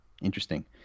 interesting